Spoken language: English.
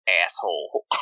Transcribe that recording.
asshole